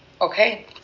Okay